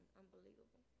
unbelievable